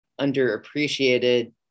underappreciated